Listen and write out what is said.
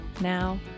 Now